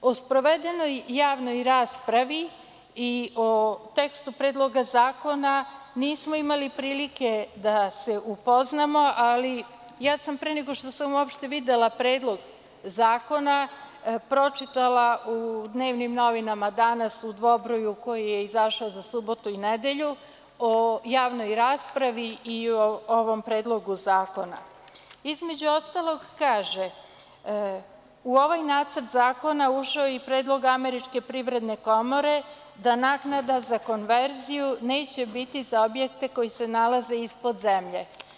O sprovedenoj javnoj raspravi i o tekstu Predloga zakona nismo imali prilike da se upoznamo ali ja sam pre nego što sam uopšte videla Predlog zakona pročitala u dnevnim novinama danas u dvobroju koji je izašao za subotu i nedelju o javnoj raspravi i o ovom Predlogu zakona, između ostaloga kaže – u ovaj Nacrt zakona ušao je i predlog Američke Privredne komore da naknada za konverziju neće biti za objekte koji se nalaze ispod zemlje.